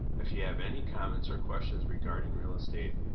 if you have any comments or questions regarding real estate,